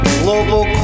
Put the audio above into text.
global